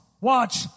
watch